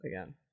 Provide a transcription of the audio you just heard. again